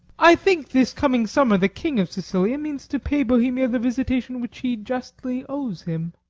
i think this coming summer the king of sicilia means to pay bohemia the visitation which he justly owes him.